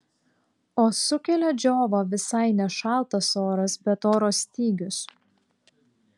o sukelia džiovą visai ne šaltas oras bet oro stygius